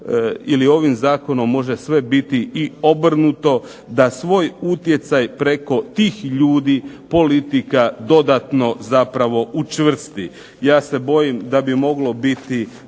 ili ovim zakonom može sve biti i obrnuto, da svoj utjecaj preko tih ljudi politika dodatno zapravo učvrsti. Ja se bojim da bi moglo biti